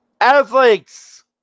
Athletes